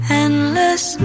endless